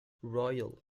royal